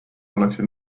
ollakse